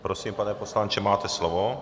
Prosím, pane poslanče, máte slovo.